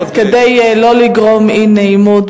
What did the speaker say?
אז כדי לא לגרום אי-נעימות,